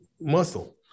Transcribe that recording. muscle